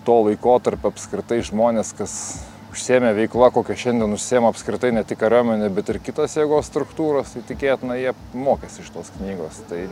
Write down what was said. to laikotarpio apskritai žmonės kas užsiėmė veikla kokia šiandien užsiima apskritai ne tik kariuomenė bet ir kitos jėgos struktūros tikėtina jie mokėsi iš šitos knygos tai